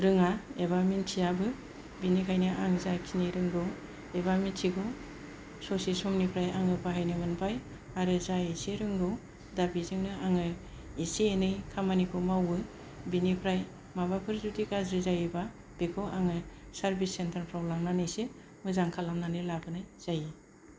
रोङा एबा मिनथियाबो बिनिखायनो आं जायखिनि रोंगौ एबा मिथिगौ ससे समनिफ्राय आं बाहायनो मोनबाय आरो जा एसे रोंगौ दा बेजोंनो आङो एसे एनै खामानिखौ मावो बिनिफ्राय माबाफोर जुदि गाज्रि जायोबा बेखौ आङो सार्भिस सेन्टार फ्राव लांनानैसो मोजां खालामनानै लाबोनाय जायो